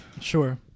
Sure